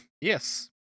Yes